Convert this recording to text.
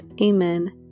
Amen